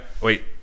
Wait